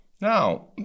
Now